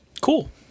cool